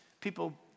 people